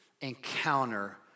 encounter